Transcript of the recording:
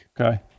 Okay